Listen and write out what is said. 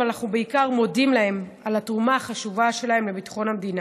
אבל אנחנו בעיקר מודים להם על התרומה החשובה שלהם לביטחון המדינה.